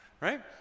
right